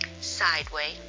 sideways